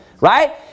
right